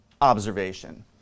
observation